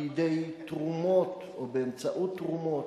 מידי תרומות או באמצעות תרומות,